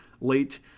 late